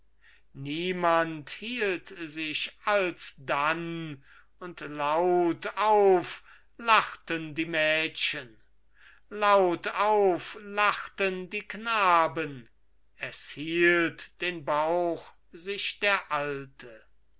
niemand hielt sich alsdann und laut auf lachten die mädchen laut auf lachten die knaben es hielt den bauch sich der alte